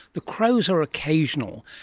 the crows are occasional,